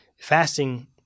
Fasting